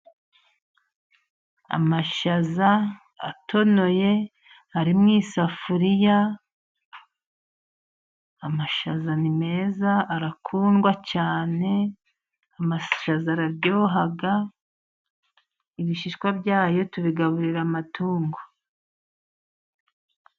Amashaza atonoye ari mu isafuriya, amashaza ni meza, arakundwa cyane, amashaza araryoha, ibishishwa byayo tubigaburira amatungo.